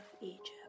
Egypt